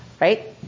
right